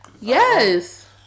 Yes